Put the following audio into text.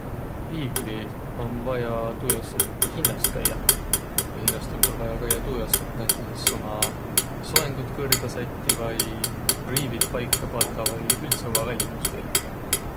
Piiglit om vaja tuu jaos, et hinnäst kaiaq. Ja hinnäst om sul vaja kaiaq tuu jaos, et näütüses uma soengut kõrda sättiq vai rõivit paika pandaq vai üldse umma välimüst jälgidäq.